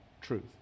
truth